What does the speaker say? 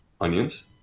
onions